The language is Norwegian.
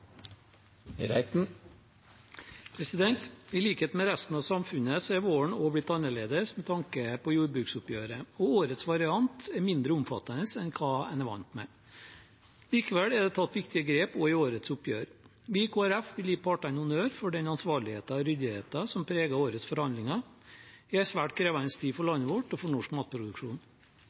omme. I likhet med resten av samfunnet er våren også blitt annerledes med tanke på jordbruksoppgjør. Årets variant er mindre omfattende enn en er vant med. Likevel er det tatt viktige grep i årets oppgjør. Vi i Kristelig Folkeparti vil gi partene honnør for den ansvarligheten og ryddigheten som preget årets forhandlinger, i en svært krevende tid for landet vårt og for norsk matproduksjon.